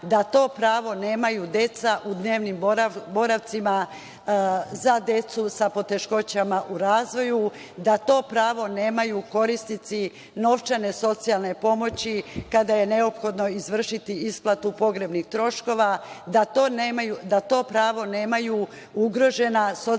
da to pravo nemaju deca u dnevnim boravcima za decu sa poteškoćama u razvoju, da to pravo nemaju korisnici novčane socijalne pomoći kada je neophodno izvršiti isplatu pogrebnih troškova, da to pravo nemaju ugrožena